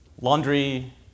laundry